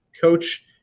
coach